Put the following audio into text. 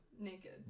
naked